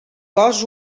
cos